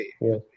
yes